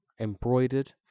embroidered